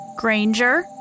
Granger